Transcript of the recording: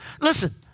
Listen